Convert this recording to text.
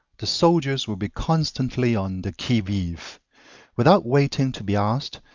the soldiers will be constantly on the qui vive without waiting to be asked,